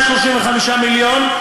135 מיליון,